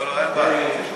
אין בעיה.